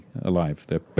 alive